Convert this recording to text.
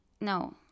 No